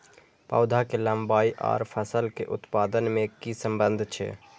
पौधा के लंबाई आर फसल के उत्पादन में कि सम्बन्ध छे?